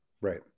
right